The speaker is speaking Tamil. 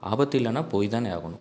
ஆபத்து இல்லைனா போய்தானே ஆகணும்